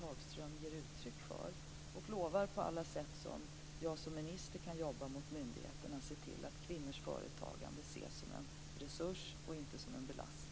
Jag lovar att jobba mot myndigheterna på alla sätt som jag som minister kan göra för att se till att kvinnors företagande ska ses som en resurs och inte som en belastning.